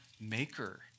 maker